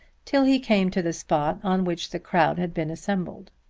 till he came to the spot on which the crowd had been assembled.